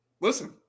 Listen